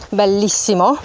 bellissimo